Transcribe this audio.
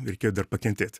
reikėjo dar pakentėt